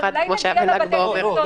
כמו שהיה בל"ג בעומר.